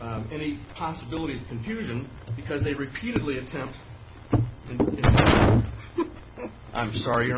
any possibility of confusion because they repeatedly attempt i'm sorry